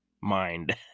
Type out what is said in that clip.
mind